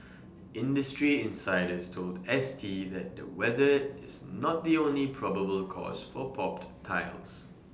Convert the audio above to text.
industry insiders told S T that the weather is not the only probable cause for popped tiles